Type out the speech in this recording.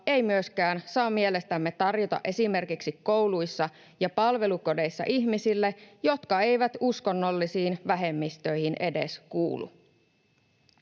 ei myöskään saa mielestämme tarjota esimerkiksi kouluissa ja palvelukodeissa ihmisille, jotka eivät uskonnollisiin vähemmistöihin edes kuulu.